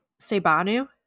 Sebanu